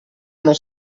uno